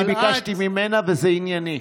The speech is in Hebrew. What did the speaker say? אני ביקשתי ממנה וזה ענייני.